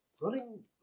Running